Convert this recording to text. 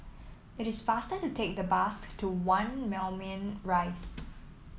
it is faster to take the bus to One Moulmein Rise